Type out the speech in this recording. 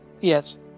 Yes